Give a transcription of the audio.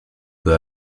peu